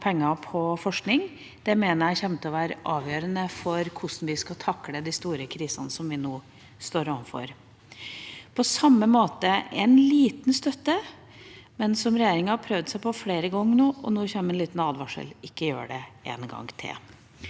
penger til forskning. Det mener jeg kommer til å være avgjørende for hvordan vi skal takle de store krisene som vi nå står overfor. På samme måte, en liten støtte, men som regjeringa har prøvd seg på flere ganger nå, og nå kommer en liten advarsel: Ikke gjør det en gang til.